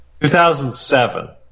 2007